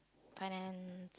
finance